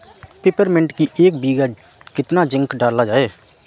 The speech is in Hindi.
पिपरमिंट की एक बीघा कितना जिंक डाला जाए?